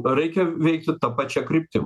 reikia veikti ta pačia kryptim